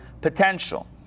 potential